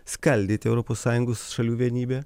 skaldyti europos sąjungos šalių vienybę